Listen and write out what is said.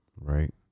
Right